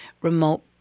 remote